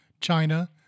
China